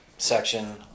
Section